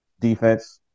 defense